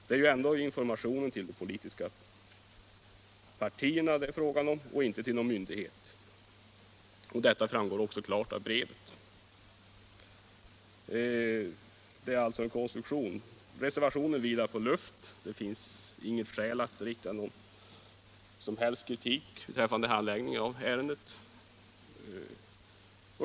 Det är ju ändå informationen till de politiska partierna det är fråga om, och inte till någon myndighet. Detta framgår också klart av brevet. Det är alltså en konstruktion. Hela reservationen vilar på luft. Det finns inget skäl att rikta någon som helst kritik mot handläggningen av ärendet.